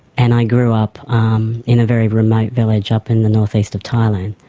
and i grew up um in a very remote village up in the north-east of thailand,